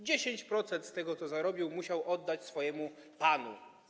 10% tego, co zarobił, musiał oddać swojemu panu.